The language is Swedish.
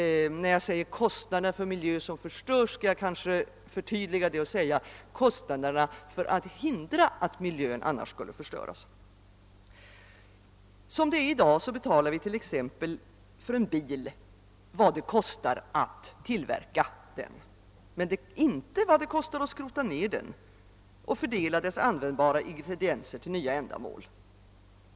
I dagens läge betalar vi t.ex. för vad det kostar att tillverka en bil men inte kostnaderna för att skrota ned den och för att fördela dess användbara ingredienser till nya ändamål.